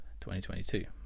2022